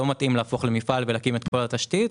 לא מתאים להפוך למפעל ולהקים את כל התשתית,